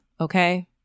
okay